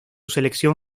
selección